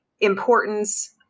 importance